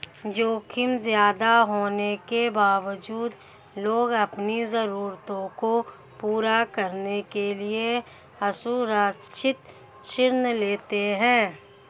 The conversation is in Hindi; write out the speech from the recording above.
जोखिम ज्यादा होने के बावजूद लोग अपनी जरूरतों को पूरा करने के लिए असुरक्षित ऋण लेते हैं